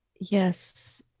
Yes